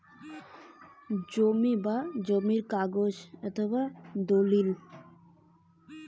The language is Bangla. কৃষিঋণ পেতে গেলে কি কি থাকা দরকার?